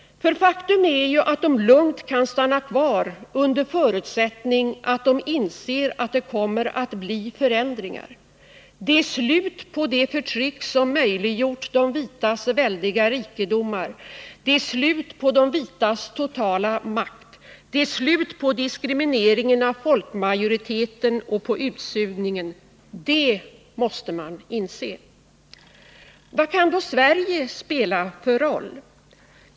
För faktum är ju att de lugnt kan stanna kvar — under förutsättning att de inser att det kommer att bli förändringar. Det är slut på det förtryck som möjliggjort de vitas väldiga rikedomar. Det är slut på de vitas totala makt. Det är slut på diskrimineringen av folkmajoriteten och på utsugningen. Det måste man inse. Vad kan då Sverige spela för roll?